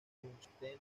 tungsteno